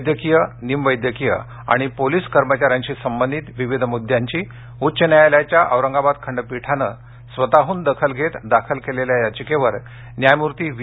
वैद्यकीय निमवैद्यकीय आणि पोलीस कर्मचाऱ्यांशी संबंधित विविध मुद्द्यांची उच्च न्यायालयाच्या औरंगाबाद खंडपीठानं स्वतःहन दखल घेत दाखल केलेल्या याचिकेवर न्यायमूर्ती व्ही